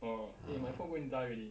orh eh my phone going die already